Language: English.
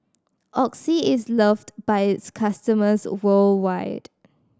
Oxy is loved by its customers worldwide